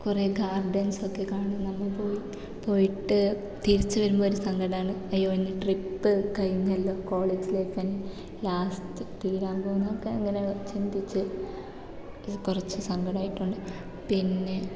കുറേ ഗാർഡൻസ്സൊക്കെ കാണാൻ നമ്മൾ പോയി പോയിട്ട് തിരിച്ച് വരുമ്പോൾ ഒരു സങ്കടമാണ് അയ്യോ ഇനി ട്രിപ്പ് കഴിഞ്ഞല്ലോ കോളേജ് ലൈഫ് ഇനി ലാസ്റ്റ് തീരാൻ പോകുന്നു ഒക്കെ അങ്ങനെ ചിന്തിച്ച് കുറച്ച് സങ്കടായിട്ടുണ്ട് പിന്നെ